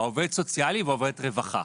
העובד הסוציאלי ועובדת הרווחה,